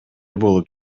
болуп